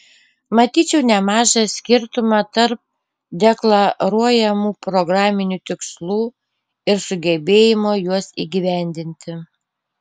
matyčiau nemažą skirtumą tarp deklaruojamų programinių tikslų ir sugebėjimo juos įgyvendinti